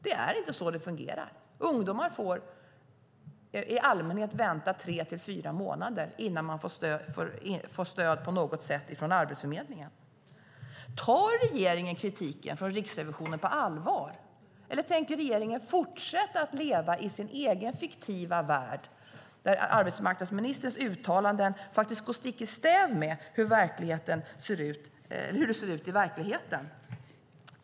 Det är inte så det fungerar - ungdomar får i allmänhet vänta tre till fyra månader innan de får stöd från Arbetsförmedlingen på något sätt. Tar regeringen kritiken från Riksrevisionen på allvar, eller tänker regeringen fortsätta att leva i sin egen, fiktiva värld där arbetsmarknadsministerns uttalanden faktiskt går stick i stäv med hur det ser ut i verkligheten?